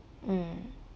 mm